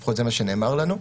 לפחות זה מה שנאמר לנו,